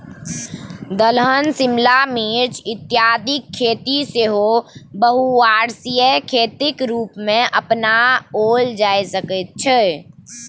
दलहन शिमला मिर्च इत्यादिक खेती सेहो बहुवर्षीय खेतीक रूपमे अपनाओल जा सकैत छै